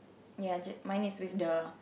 ya just mine is with the